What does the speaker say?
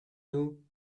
nous